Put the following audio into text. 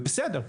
ובסדר,